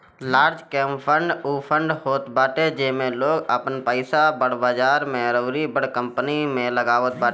large cap fund उ fund होत बाटे जेमे लोग आपन पईसा के बड़ बजार अउरी बड़ कंपनी में लगावत बाटे